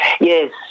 yes